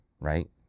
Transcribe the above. right